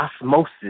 osmosis